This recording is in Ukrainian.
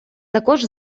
також